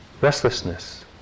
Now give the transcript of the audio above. restlessness